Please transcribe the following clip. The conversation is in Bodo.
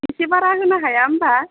एसे बारा होनो हाया होमब्ला